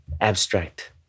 Abstract